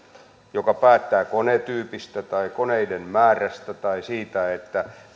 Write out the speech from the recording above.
joka päättää konetyypistä tai koneiden määrästä tai siitä